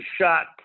shot